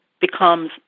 becomes